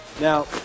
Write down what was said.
Now